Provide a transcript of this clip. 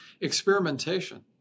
experimentation